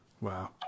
Wow